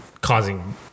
causing